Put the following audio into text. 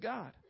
God